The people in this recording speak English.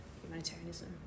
humanitarianism